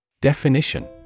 Definition